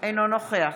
אינו נוכח